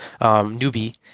newbie